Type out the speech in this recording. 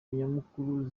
nyamukuru